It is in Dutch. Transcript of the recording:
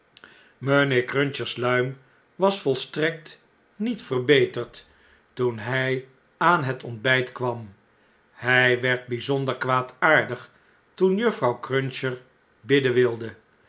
mijnheer cruncher's luim was volstrekt niet verbeterd toen hjj aan het ontbjjt kwam hjj werd bponder kwaadaardig toen juffrouw cruncher bidden wilde